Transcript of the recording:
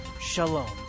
Shalom